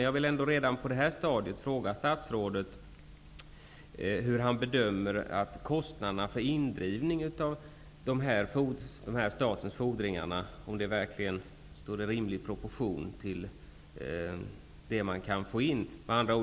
Jag vill på det här stadiet fråga om statsrådet bedömer att kostnaderna för indrivning av statens fordringar står i rimlig proportion till det som kan drivas in.